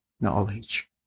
knowledge